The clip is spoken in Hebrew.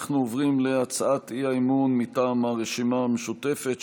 אנחנו עוברים להצעת אי-אמון מטעם הרשימה המשותפת,